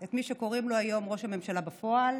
את מי שקוראים לו היום ראש הממשלה בפועל